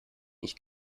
ich